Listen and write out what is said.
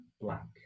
black